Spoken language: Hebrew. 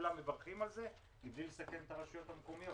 כולם מברכים על זה מבלי לסכן את הרשויות המקומיות.